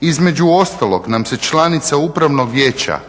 između ostalog nam se članica Upravnog vijeća